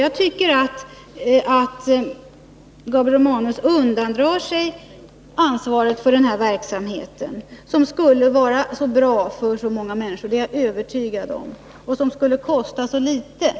Jag tycker att Gabriel Romanus undandrar sig ansvaret för den aktuella verksamheten, som skulle vara så bra för så många människor — det är jag övertygad om — och som skulle kosta så litet.